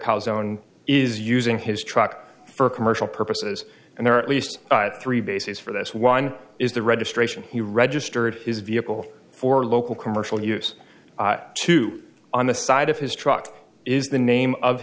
calderon is using his truck for commercial purposes and there are at least three bases for this one is the registration he registered his vehicle for local commercial use two on the side of his truck is the name of